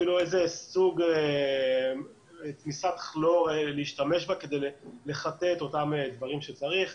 אפילו באיזה סוג תמיסת כלור להשתמש כדי לחטא את אותם דברים שצריך,